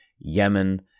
Yemen